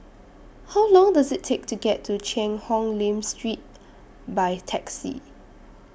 How Long Does IT Take to get to Cheang Hong Lim Street By Taxi